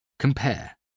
Compare